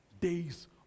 days